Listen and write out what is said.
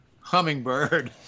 hummingbird